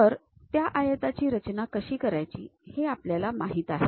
तर त्या आयताची रचना कशी करायची हे आपल्याला माहित आहे